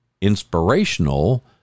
inspirational